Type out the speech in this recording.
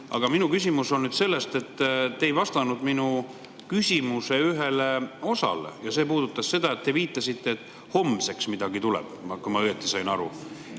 Aga minu küsimus on selle kohta, et te ei vastanud minu küsimuse ühele osale. See puudutas seda, et te viitasite, et homseks midagi tuleb, kui ma õigesti aru